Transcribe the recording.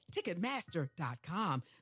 Ticketmaster.com